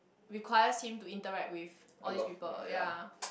requires him to interact with all these people ya